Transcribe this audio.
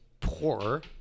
poor